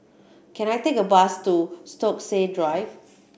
can I take a bus to Stokesay Drive